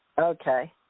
Okay